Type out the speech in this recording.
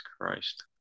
Christ